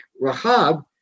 Rahab